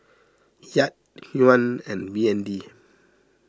Kyat Yuan and B N D